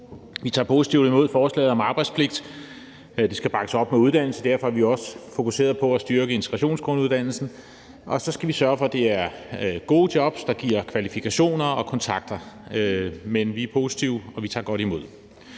Vi tager positivt imod forslaget om arbejdspligt. Det skal bakkes op med uddannelse, og derfor er vi også fokuseret på at styrke integrationsgrunduddannelsen, og så skal vi sørge for, at det er gode jobs, der giver kvalifikationer og kontakter. Men vi er positive, og vi tager godt imod